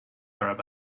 arab